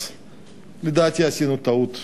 לדעתי עשינו טעות.